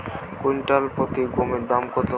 Quintal প্রতি গমের দাম কত?